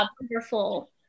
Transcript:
wonderful